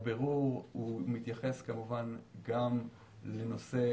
הבירור מתייחס גם לנושא